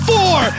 Four